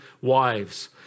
wives